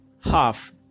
half